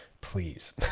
Please